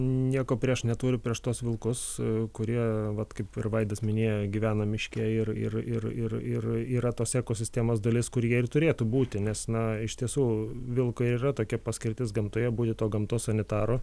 nieko prieš neturi prieš tuos vilkus kurie vat kaip ir vaidas minėjo gyvena miške ir ir ir ir ir yra tos ekosistemos dalis kur jie ir turėtų būti nes na iš tiesų vilko ir yra tokia paskirtis gamtoje būti to gamtos sanitaru